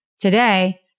Today